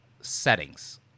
settings